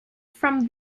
from